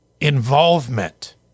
involvement